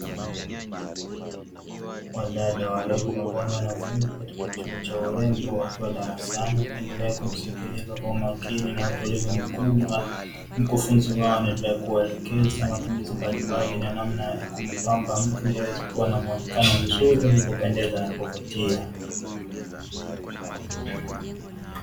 Wadada warembo ambao ni Wanafunzi katika chuo cha urembo wakiwa darasani, wakiendelea kumsikiliza kwa umakini na utulivu mkubwa Mkufunzi wao anaeendelea kuwa elekeza matumizi mbali mbali na namna ya kumpamba mtu, ili aweze kuwa na muonekano mzuri wenye kupendeza na kuvutia.